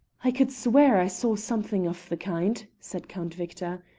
i could swear i saw something of the kind, said count victor.